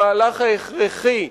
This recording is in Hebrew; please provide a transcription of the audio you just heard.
המהלך ההכרחי,